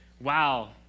Wow